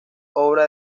obra